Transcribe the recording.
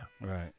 Right